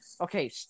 okay